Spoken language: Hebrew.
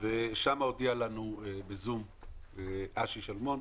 ושם הודיע לנו אשר שלמון